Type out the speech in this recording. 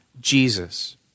Jesus